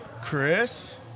Chris